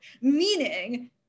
Meaning